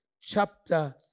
chapter